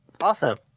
Awesome